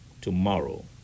tomorrow